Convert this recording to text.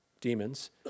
demons